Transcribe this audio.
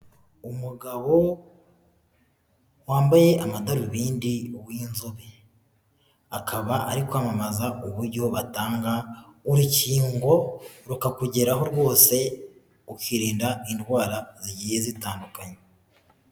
Umugabo wambaye amadarubindi w'inzobe akaba ari kwamamaza uburyo batanga urukingo, rukakugeraho rwose ukirinda indwara zigiye zitandukanye.